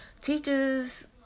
Teachers